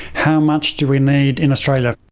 how much do we need in australia?